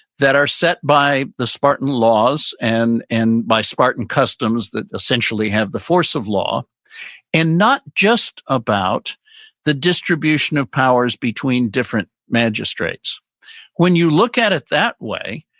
that are set by the spartan laws and and by spartan customs that essentially have the force of law and not just about the distribution of powers between different magistrates when you look at it that way,